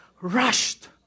Rushed